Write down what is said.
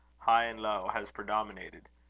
high and low, has predominated.